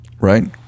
right